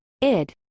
Id